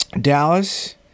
Dallas